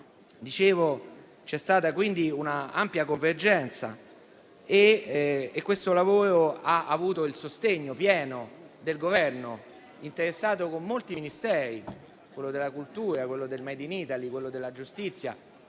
c'è stata quindi una ampia convergenza su questo lavoro, che ha avuto il sostegno pieno del Governo, interessato con molti Ministeri: quello della Cultura, quello delle imprese e del *made in Italy,* quello della giustizia,